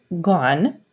gone